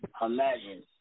Imagine